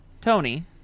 Tony